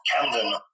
Camden